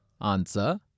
Answer